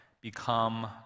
become